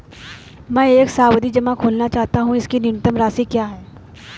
मैं एक सावधि जमा खोलना चाहता हूं इसकी न्यूनतम राशि क्या है?